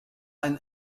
ein